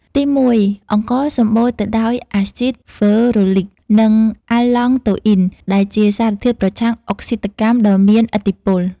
ទីមួយ អង្ករសម្បូរទៅដោយ អាស៊ីតហ្វឺរូលិក និង អាលឡង់តូអ៊ីន ដែលជាសារធាតុប្រឆាំងអុកស៊ីតកម្មដ៏មានឥទ្ធិពល។